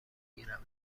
گیرم